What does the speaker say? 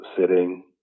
sitting